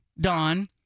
Don